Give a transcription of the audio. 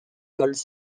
cols